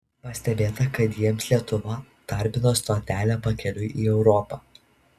pastebėta kad jiems lietuva tarpinė stotelė pakeliui į europą